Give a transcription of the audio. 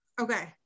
Okay